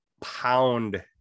pound